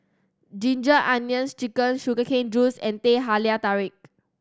Ginger Onions Chicken sugar cane juice and Teh Halia Tarik